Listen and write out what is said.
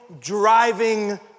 driving